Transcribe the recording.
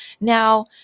Now